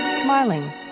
smiling